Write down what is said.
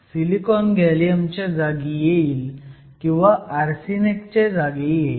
silicon गॅलियमच्या जागी येईल किंवा आर्सेनिकच्या जागी येईल